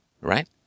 right